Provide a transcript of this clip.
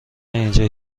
اینجا